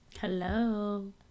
hello